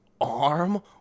arm